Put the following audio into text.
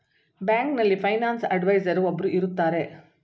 ಬ್ಯಾಂಕಿನಲ್ಲಿ finance adviser ಒಬ್ಬರು ಇರುತ್ತಾರೆ